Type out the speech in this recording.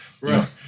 right